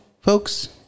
folks